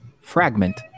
fragment